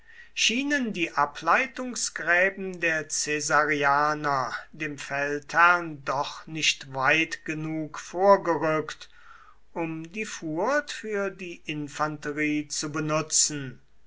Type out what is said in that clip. schienen die ableitungsgräben der caesarianer dem feldherrn doch nicht weit genug vorgerückt um die furt für die infanterie zu benutzen